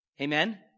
Amen